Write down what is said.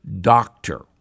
doctor